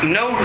no